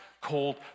called